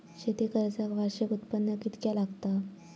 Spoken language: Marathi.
शेती कर्जाक वार्षिक उत्पन्न कितक्या लागता?